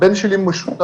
הבן שלי משותק,